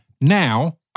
Now